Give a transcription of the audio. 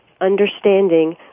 understanding